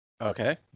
okay